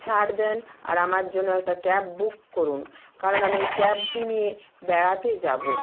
ছাড় দেন আর আমার জন্য একটা ক্যাব বুক করুন কারণ আমি ওই ক্যাবটি নিয়ে বেড়াতে যাবো